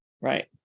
right